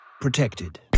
protected